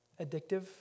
addictive